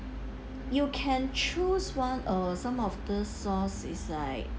you can choose one uh some of the sauce is like